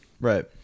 right